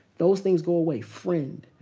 those things go away. friend.